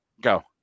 go